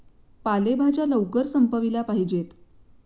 पालेभाज्या लवकर संपविल्या पाहिजेत